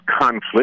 conflict